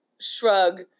shrug